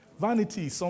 Vanity